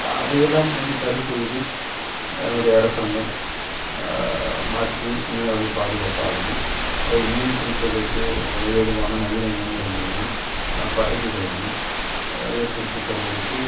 அவையெல்லாம் வந்து சரி செய்து என்னுடைய அரசாங்கம் மாற்றி மீனவர்களை பாதுகாப்பாகவும் அவங்க மீன் பிடிப்பதற்கு ஏதுவான நவீன இயந்திரங்களையும் படகுகளையும் ஏற்படுத்தித் தருவதற்கு